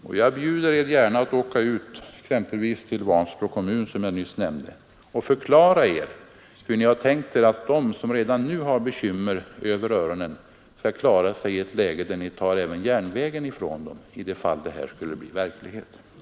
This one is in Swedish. Och jag bjuder er gärna att åka ut exempelvis till Vansbro kommun, som jag nyss nämnde, och förklara hur ni tänkt er att de som redan nu har bekymmer upp över öronen skall klara sig i ett läge där ni tar även järnvägen ifrån dem, för det fall detta förslag skulle bli verklighet. Herr talman!